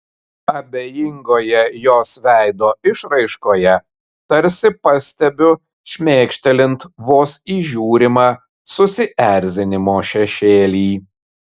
abejingoje jos veido išraiškoje tarsi pastebiu šmėkštelint vos įžiūrimą susierzinimo šešėlį